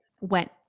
went